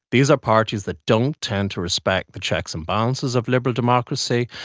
these are parties that don't tend to respect the checks and balances of liberal democracy.